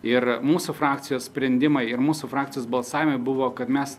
ir mūsų frakcijos sprendimai ir mūsų frakcijos balsavime buvo kad mes